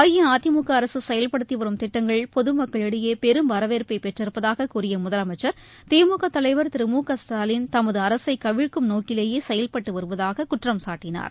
அஇஅதிமுக அரசு செயல்படுத்தி வரும் திட்டங்கள் பொதுமக்களிடையே பெரும் வரவேற்பை பெற்றிருப்பதாக கூறிய முதலமைச்சர் திமுக தலைவர் திரு முகஸ்டாலின் தமது அரசை கவிழ்க்கும் நோக்கிலேயே செயல்பட்டு வருவதாக குற்றம் சாட்டினார்